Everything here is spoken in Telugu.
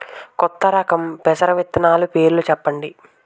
కొత్త రకం పెసర విత్తనాలు పేర్లు చెప్పండి?